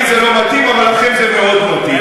לי זה לא מתאים, אבל לכם זה מאוד מתאים.